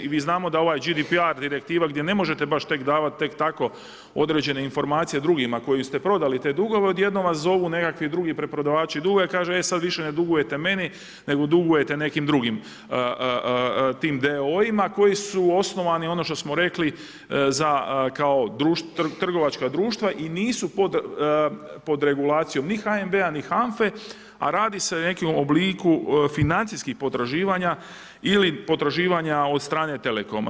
I mi znamo da ovaj GDPR direktiva gdje ne možete baš tek davati tek tako određene informacije drugima koji ste prodali te dugove odjednom vas zovu nekakvi drugi preprodavači dugova i kaže e sad više ne dugujete meni nego dugujete nekim drugim, tim d.o.o-ima koji su osnovani, ono što smo rekli za, kao trgovačka društva i nisu pod regulacijom ni HNB-a ni HANFA-e a radi se o nekom obliku financijskih potraživanja ili potraživanja od strane telekoma.